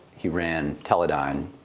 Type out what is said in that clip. he ran teledyne.